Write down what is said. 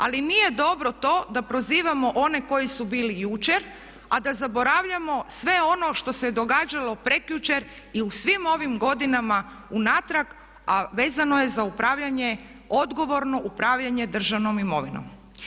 Ali nije dobro to da prozivamo one koji su bili jučer, a da zaboravljamo sve ono što se događalo prekjučer i u svim ovim godinama unatrag a vezano je za odgovorno upravljanje državnom imovinom.